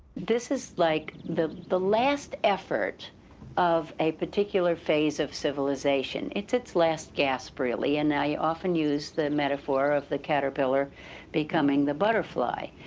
this is like the the last effort of a particular phase of civilization. it's its last gasp really, and i often use the metaphor of the caterpillar becoming the butterfly,